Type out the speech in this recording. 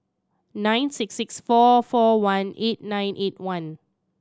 nine six six four four one eight nine eight one